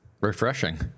Refreshing